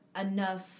enough